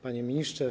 Panie Ministrze!